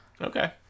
Okay